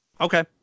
Okay